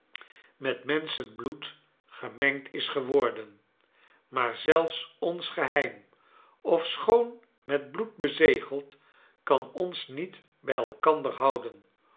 met menschenbloed gemengd is geworden maar zelfs ons geheim olschoon metbloed bezegeld kan ons niet bij elkander houden